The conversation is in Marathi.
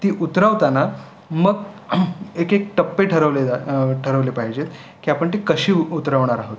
ती उतरवताना मग एकेक टप्पे ठरवले जा ठरवले पाहिजेत की आपण ते कसे उतरवणार आहोत